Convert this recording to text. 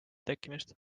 tekkimist